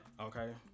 okay